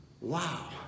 wow